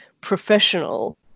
professional